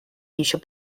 еще